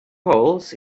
holes